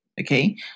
Okay